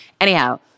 anyhow